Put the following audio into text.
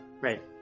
right